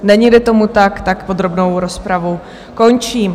Neníli tomu tak, podrobnou rozpravu končím.